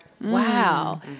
Wow